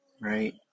right